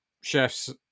chefs